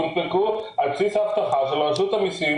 הן הונפקו על בסיס ההבטחה של רשות המסים